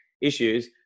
issues